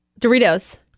Doritos